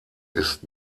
ist